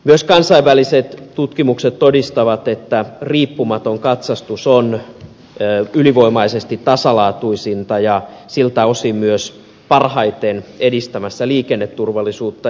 myös kansainväliset tutkimukset todistavat että riippumaton katsastus on ylivoimaisesti tasalaatuisinta ja siltä osin myös parhaiten edistämässä liikenneturvallisuutta